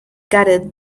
gutted